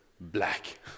black